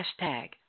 Hashtag